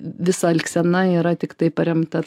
visa elgsena yra tiktai paremta